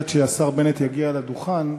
עד שהשר בנט יגיע לדוכן,